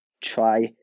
try